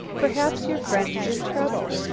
perhaps your friend's in trouble.